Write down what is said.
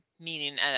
meaning